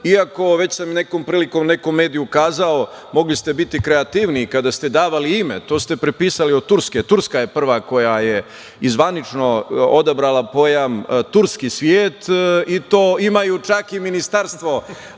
iako sam već nekom prilikom na nekom mediju kazao da ste mogli biti kreativniji kada ste davali ime. To ste prepisali od Turske. Turska je prva koja je i zvanično odabrala pojam turski svet i imaju čak i Ministarstvo